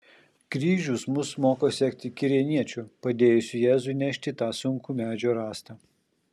kryžius mus moko sekti kirėniečiu padėjusiu jėzui nešti tą sunkų medžio rąstą